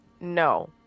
no